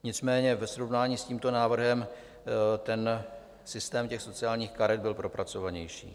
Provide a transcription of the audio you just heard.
Nicméně ve srovnání s tímto návrhem ten systém sociálních karet byl propracovanější.